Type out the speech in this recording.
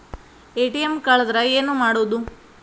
ATM ಕಳದ್ರ ಏನು ಮಾಡೋದು?